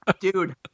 Dude